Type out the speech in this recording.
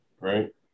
right